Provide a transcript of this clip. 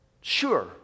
sure